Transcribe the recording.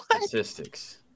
statistics